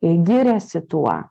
ir giriasi tuo